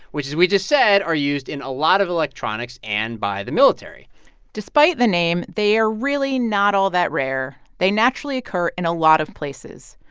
which as we just said, are used in a lot of electronics and by the military despite the name, they are really not all that rare. they naturally occur in a lot of places,